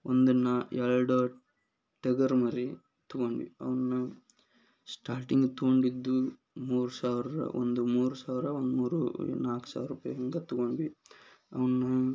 ಒಂದು ನಾ ಎರಡು ಟಗರು ಮರಿ ತಗೊಂಡ್ವಿ ಅವನ್ನ ಸ್ಟಾರ್ಟಿಂಗ್ ತಗೊಂಡಿದ್ದು ಮೂರು ಸಾವಿರ ಒಂದು ಮೂರು ಸಾವಿರ ಒಂದು ಮೂರು ನಾಲ್ಕು ಸಾವಿರ ರೂಪಾಯಿ ಹಿಂಗೆ ತಗೊಂಡ್ವಿ ಅವನ್ನ